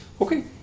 Okay